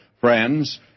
friends